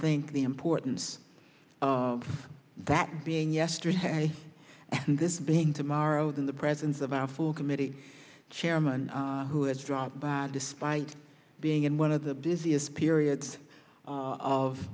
think the importance that being yesterday this being tomorrow than the presence of a full committee chairman who has dropped by despite being in one of the busiest periods of